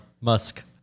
Musk